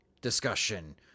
discussion